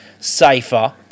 safer